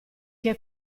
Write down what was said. che